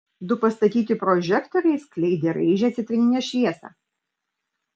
du pastatyti prožektoriai skleidė raižią citrininę šviesą